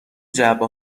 جعبه